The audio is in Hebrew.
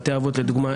בתי אבות לדוגמה,